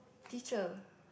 teacher